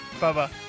Bye-bye